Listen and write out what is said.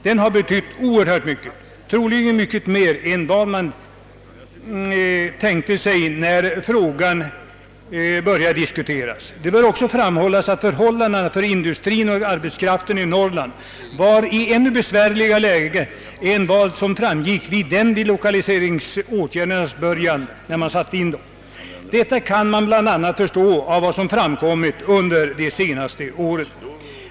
De har betytt oerhört mycket, troligen långt mer än vad man tänkte sig när frågan började diskuteras. Det bör också framhållas att läget för industrin och arbetskraften i Norrland var ännu besvärligare än vad som framgick när lokaliseringsåtgärderna började sättas in. Det kan man förstå bl.a. av vad som framkommit under det senaste året.